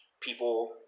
people